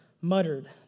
muttered